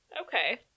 Okay